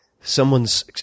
someone's